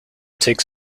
takes